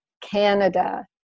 Canada